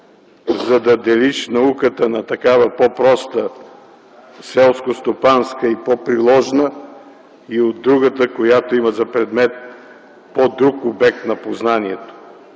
за да делиш науката на такава по-проста – селскостопанска, и по-приложна, и от другата, която има за предмет по-друг обект на познанието.